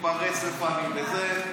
מתפרץ לפעמים וזה,